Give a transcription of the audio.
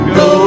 go